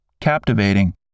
captivating